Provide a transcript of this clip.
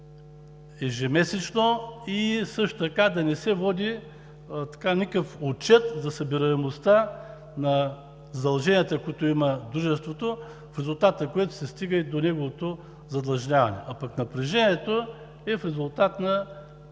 ежемесечно, а също така да не се води никакъв отчет за събираемостта на задълженията, които има Дружеството, в резултат на което се стига и до неговото задлъжняване. А пък напрежението е в резултат на